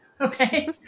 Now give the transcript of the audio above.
Okay